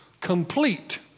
complete